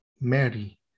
Mary